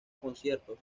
conciertos